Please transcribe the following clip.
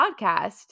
podcast